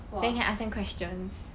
!wah!